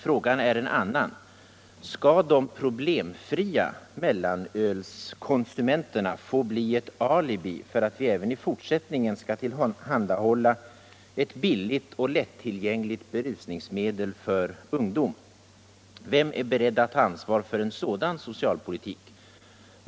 Frågan är en annan: Skall de problemfria mellanölskonsumenterna få bli ett alibi för att vi även i fortsättningen skall tillhandahålla ett billigt och lättillgängligt berusningsmedel för ungdomen? Vem är beredd att ta ansvar för en sådan socialpolitik?